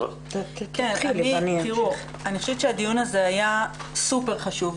אני חושבת שהדיון הזה היה סופר חשוב,